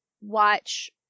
watch